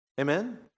Amen